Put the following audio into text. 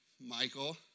Michael